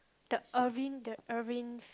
the Irvin the Irvin's